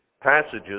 passages